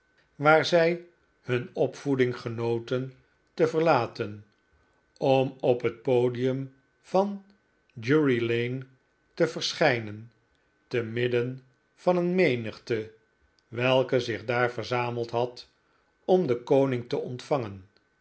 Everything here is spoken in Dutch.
waar zij hun opvoeding genoten te verlaten om op het podium van drury lane te verschijnen te midden van een menigte welke zich daar verzameld had om den koning te ontvangen